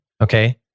okay